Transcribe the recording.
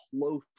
close